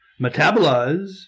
metabolize